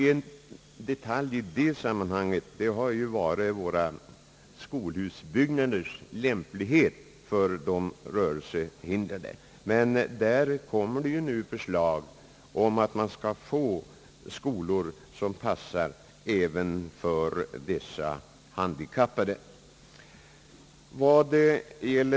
En detalj i det sammanhanget har varit våra skolhusbyggnaders lämplighet för de rörelsehindrade, men där kommer det nu förslag om att man skall få skolor som passar även för dessa handikappade.